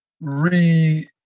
re –